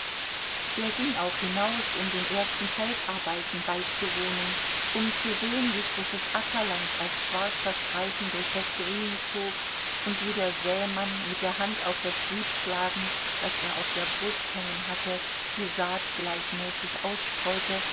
er ging auch hinaus um den ersten feldarbeiten beizuwohnen um zu sehen wie frisches ackerland als schwarzer streifen durch das grün zog und wie der sämann mit der hand auf das sieb schlagend das er auf der brust hängen hatte die saat gleichmäßig ausstreute